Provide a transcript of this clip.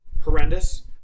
horrendous